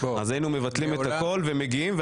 היינו מבטלים את הכול ומגיעים.